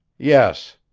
yes.